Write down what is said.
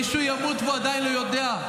ימות, והוא עדיין לא יודע.